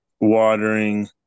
watering